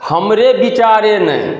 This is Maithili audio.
हमरे बिचारे नहि